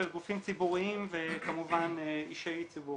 של גופים ציבוריים וכמובן אישי ציבור.